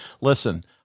Listen